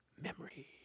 memory